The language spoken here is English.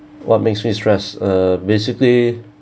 what makes me stressed uh basically